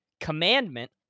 commandment